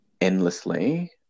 endlessly